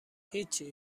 هیچی